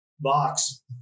box